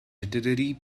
literary